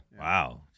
Wow